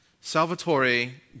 Salvatore